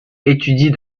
étudie